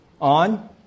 on